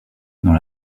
dans